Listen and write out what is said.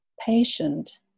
patient